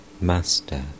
Master